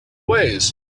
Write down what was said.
ways